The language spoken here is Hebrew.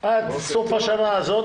עד סוף השנה הזאת